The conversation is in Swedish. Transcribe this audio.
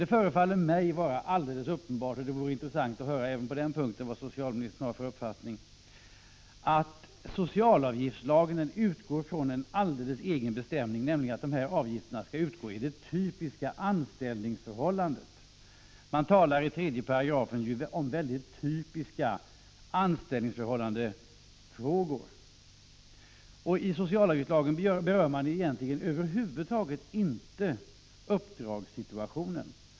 Det förefaller mig vara alldeles uppenbart att — det vore intressant att höra även på den här punkten vad socialministern har för uppfattning — socialavgiftslagen utgår från en alldeles egen bestämning, nämligen att man i fråga om dessa avgifter skall utgå från det typiska anställningsförhållandet. Man talar i 3 § om typiska anställningsförhållanden. I socialavgiftslagen berör man egentligen över huvud taget inte uppdragssituationen.